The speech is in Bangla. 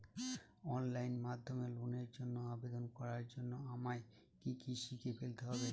অনলাইন মাধ্যমে লোনের জন্য আবেদন করার জন্য আমায় কি কি শিখে ফেলতে হবে?